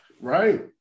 Right